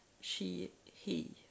she-he